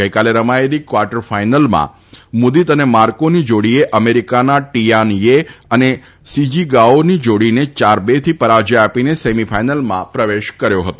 ગઈકાલે રમાયેલી ક્વાર્ટર ફાઈનલમાં મુદીત અને માર્કોની જોડીએ અમેરિકાના ટીયાન યે અને સીજીગાઓની જોડીને ચાર બેથી પરાજય આપીને સેમીફાઈનલમાં પ્રવેશ કર્યો છે